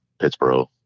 Pittsburgh